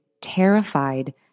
terrified